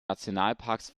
nationalparks